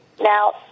Now